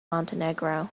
montenegro